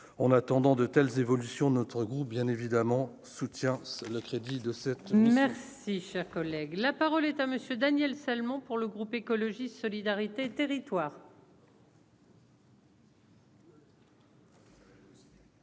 on attendant de telles évolutions, notre groupe bien évidemment soutient le crédit de cette. Merci, cher collègue, la parole est à Monsieur Daniel Salmon pour le groupe écologiste solidarité territoire.